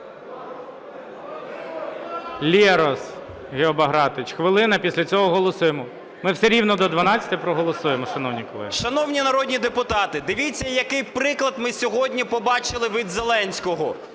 Лерос Гео Багратович, хвилина. Після цього голосуємо. Ми все рівно до 12-ї проголосуємо, шановні колеги. 11:56:39 ЛЕРОС Г.Б. Шановні народні депутати, дивіться який приклад ми сьогодні побачили від Зеленського.